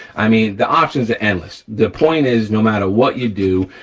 i mean, the options are endless. the point is no matter what you do,